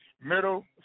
middle